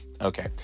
okay